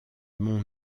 monts